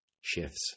Shifts